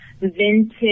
vintage